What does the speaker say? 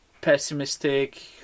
pessimistic